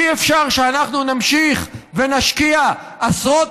אי-אפשר שאנחנו נמשיך ונשקיע עשרות